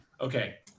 okay